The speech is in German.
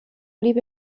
blieb